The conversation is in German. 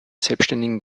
selbstständigen